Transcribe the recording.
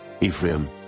Ephraim